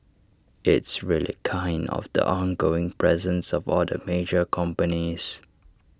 it's really kind of the ongoing presence of all the major companies